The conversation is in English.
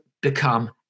become